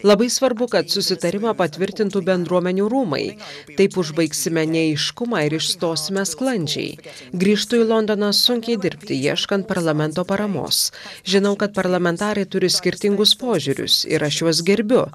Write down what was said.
labai svarbu kad susitarimą patvirtintų bendruomenių rūmai taip užbaigsime neaiškumą ir išstosime sklandžiai grįžtu į londoną sunkiai dirbti ieškant parlamento paramos žinau kad parlamentarai turi skirtingus požiūrius ir aš juos gerbiu